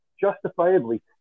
justifiably